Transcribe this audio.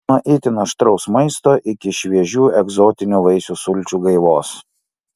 nuo itin aštraus maisto iki šviežių egzotinių vaisių sulčių gaivos